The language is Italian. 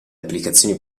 applicazioni